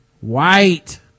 white